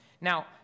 Now